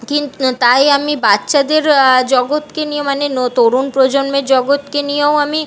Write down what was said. কিন্তু তাই আমি বাচ্ছাদের জগতকে নিয়ে মানে ন তরুণ প্রজন্মের জগতকে নিয়েও আমি